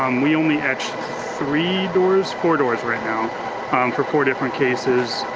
um we only edge three doors, four doors right now um for four different cases.